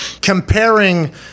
comparing